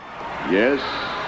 Yes